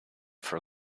for